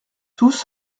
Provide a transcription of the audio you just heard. tous